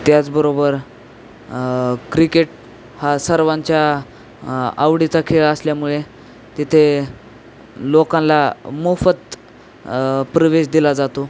त्याचबरोबर क्रिकेट हा सर्वांच्या आवडीचा खेळ असल्यामुळे तिथे लोकांला मोफत प्रवेश दिला जातो